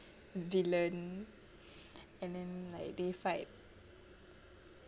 villain and then like they fight